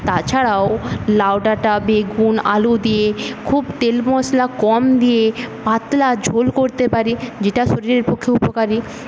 তাছাড়াও লাউডাটা বেগুন আলু দিয়ে খুব তেল মশলা কম দিয়ে পাতলা ঝোল করতে পারি যেটা শরীরের পক্ষে উপকারী